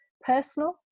personal